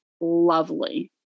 lovely